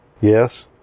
Yes